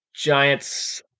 Giants